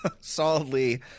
Solidly